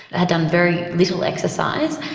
had done very little exercise,